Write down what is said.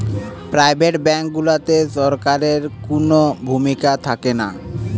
private bank গুলাতে সরকারের কুনো ভূমিকা থাকেনা